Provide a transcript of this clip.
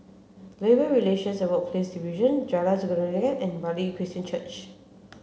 Labour Relations and Workplace Division Jalan Sikudangan and Bartley Christian Church